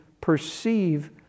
perceive